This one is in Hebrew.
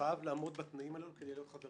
המנגנון שנבנה פה פחות או יותר דומה לזה שהיה בחוק